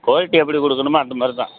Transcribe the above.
quality எப்படி கொடுக்கணுமோ அந்த மாதிரி தான்